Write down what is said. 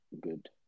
good